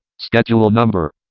schedule number.